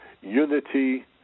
unity